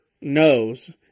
knows